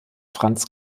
franz